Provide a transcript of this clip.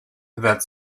that